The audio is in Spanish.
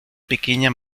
pequeña